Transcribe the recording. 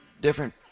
different